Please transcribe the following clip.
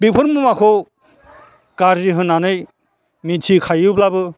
बिफोर मुवाखौ गाज्रि होननानै मिथिखायोब्लाबो